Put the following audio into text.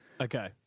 Okay